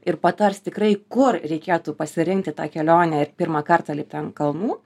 ir patars tikrai kur reikėtų pasirinkti tą kelionę ir pirmą kartą ten kalnų